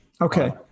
Okay